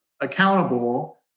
accountable